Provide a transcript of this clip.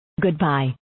Goodbye